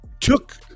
took